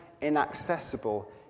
inaccessible